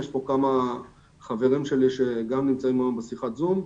יש פה כמה חברים שלי שגם נמצאים היום בשיחת הזום.